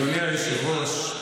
והציבורית?